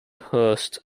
hearst